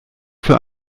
für